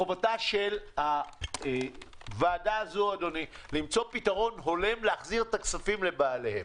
חובתה של הוועדה הזאת למצוא פתרון הולם כדי להחזיר כספים לבעליהם.